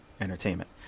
entertainment